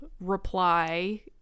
reply